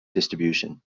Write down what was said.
distribution